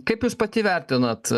kaip jūs pati vertinat